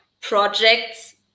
projects